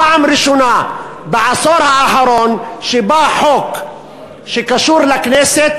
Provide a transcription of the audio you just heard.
פעם ראשונה בעשור האחרון שבא חוק שקשור לכנסת